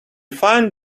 find